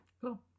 Cool